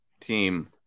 team